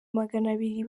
maganabiri